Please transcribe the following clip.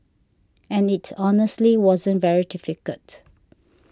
and it honestly wasn't very difficult